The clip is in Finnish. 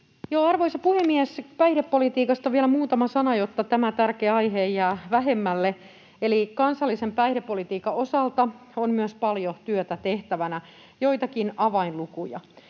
Arvoisa puhemies! Päihdepolitiikasta vielä muutama sana, jotta tämä tärkeä aihe ei jää vähemmälle. Eli kansallisen päihdepolitiikan osalta on myös paljon työtä tehtävänä. Joitakin avainlukuja: